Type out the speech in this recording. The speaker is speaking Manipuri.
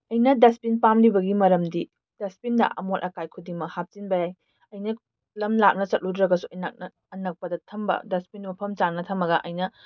ꯑꯩꯅ ꯗꯁꯕꯤꯟ ꯄꯥꯝꯂꯤꯕꯒꯤ ꯃꯔꯝꯗꯤ ꯗꯁꯕꯤꯟꯗ ꯑꯃꯣꯠ ꯑꯀꯥꯏ ꯈꯨꯗꯤꯡꯃꯛ ꯍꯥꯞꯆꯤꯟꯕ ꯌꯥꯏ ꯑꯩꯅ ꯂꯝ ꯂꯥꯞꯅ ꯆꯠꯂꯨꯗ꯭ꯔꯕꯁꯨ ꯑꯩꯅ ꯑꯅꯛꯄꯗ ꯊꯝꯕ ꯗꯁꯕꯤꯟꯗꯣ ꯃꯐꯝ ꯆꯥꯅ ꯊꯝꯃꯒ ꯑꯩꯅ